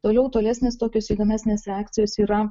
toliau tolesnės tokios įdomesnės reakcijos yra